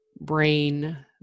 brain